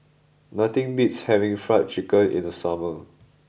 nothing beats having fried chicken in the summer